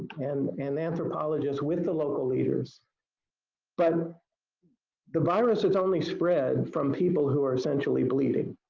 and and anthropologists with the local leaders but the virus has only spread from people who are essentially bleeding.